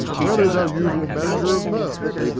where is our usual manager of mirth?